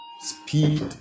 speed